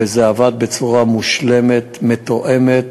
וזה עבד בצורה מושלמת, מתואמת,